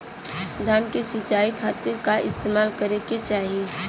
धान के सिंचाई खाती का इस्तेमाल करे के चाही?